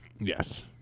Yes